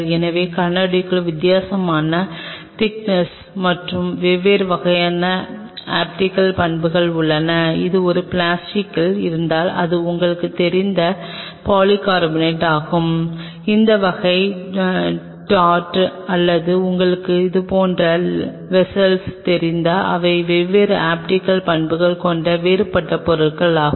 எனவே கண்ணாடிக்கு வித்தியாசமான திக்னஸ் மற்றும் வெவ்வேறு வகையான ஆப்டிகல் பண்புகள் உள்ளன அது ஒரு பிளாஸ்டிக்கில் இருந்தால் அது உங்களுக்குத் தெரிந்த பாலிகார்பனேட் ஆகும் இந்த வகையான டாட் அல்லது உங்களைப் போன்ற வெஸ்ஸல் தெரிந்தால் அவை வெவ்வேறு ஆப்டிகல் பண்புகளைக் கொண்ட வேறுபட்ட பொருள் ஆகும்